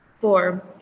Four